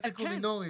זה תיקון מינורי.